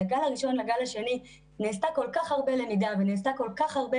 הגל הראשון לגל השני נעשתה כל כך הרבה למידה וכל כך הרבה